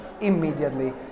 immediately